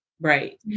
Right